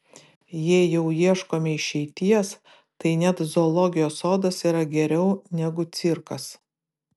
jei jau ieškome išeities tai net zoologijos sodas yra geriau negu cirkas